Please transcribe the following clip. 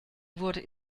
wurde